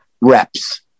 reps